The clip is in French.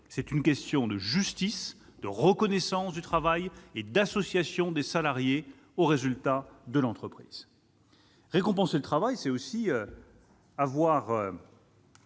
C'est une question de justice, de reconnaissance du travail et d'association des salariés aux résultats de l'entreprise. Récompenser le travail, c'est aussi avoir